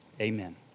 amen